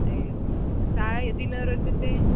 एवं सा यदि न रोचते